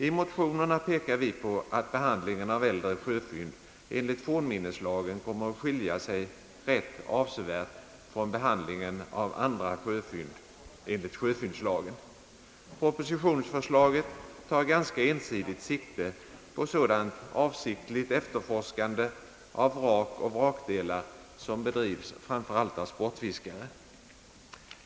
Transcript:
I motionerna pekar vi på att behandlingen av äldre sjöfynd enligt fornminneslagen kommer att skilja sig rätt avsevärt från behandlingen av andra sjöfynd enligt sjöfyndslagen. Propositionsförslaget tar ganska ensidigt sikte på sådant avsiktligt efterforskande av vrak och vrakdelar som bedrivs framför allt av sportfiskare.